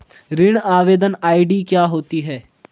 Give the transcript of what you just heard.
ऋण आवेदन आई.डी क्या होती है?